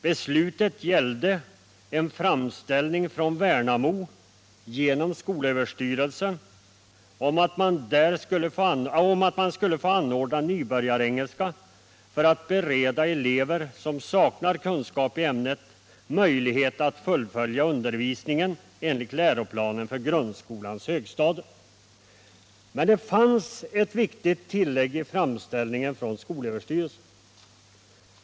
Beslutet gällde en framställning från Värnamo genom skolöverstyrelsen om att man skulle få anordna nybörjarkurser i engelska för att bereda elever som saknar kunskap i ämnet möjlighet att fullfölja undervisningen enligt läroplanen för grundskolans högstadium. Men det fanns ett viktigt tillägg i framställningen från skolöverstyrelsen.